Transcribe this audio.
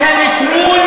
לנטרל